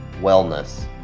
wellness